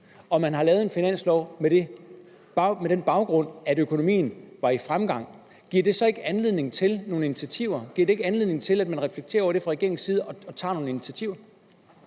og man har lavet en finanslov med den forudsætning, at økonomien er i fremgang, giver det så ikke anledning til nogle initiativer? Giver det ikke anledning til, at man fra regeringens side reflekterer over det og tager nogle initiativer?